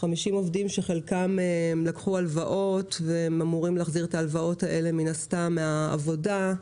חלקם לקחו הלוואות והם אמורים להחזיר אותן מן הסתם מהעבודה.